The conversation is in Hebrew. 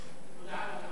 לא.